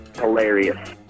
hilarious